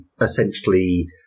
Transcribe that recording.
essentially